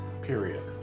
Period